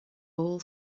all